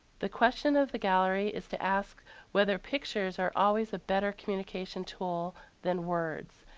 the question of the gallery is to ask whether pictures are always a better communication tool than words.